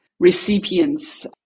recipients